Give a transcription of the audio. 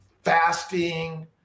fasting